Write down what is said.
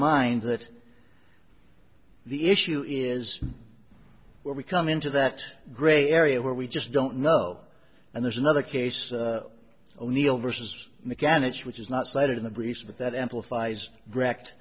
mind that the issue is where we come into that gray area where we just don't know and there's another case o'neill versus mechanics which is not stated in the briefs but that amplifies grokked